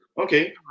okay